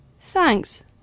Thanks